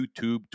YouTube